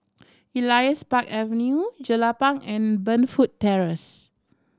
Elias Park Avenue Jelapang and Burnfoot Terrace